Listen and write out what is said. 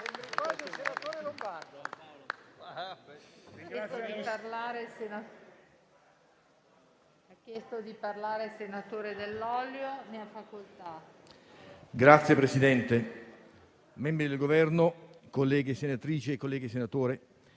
Signor Presidente, membri del Governo, colleghe senatrici, colleghi senatori,